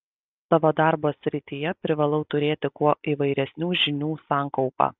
savo darbo srityje privalau turėti kuo įvairesnių žinių sankaupą